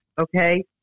okay